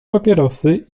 papierosy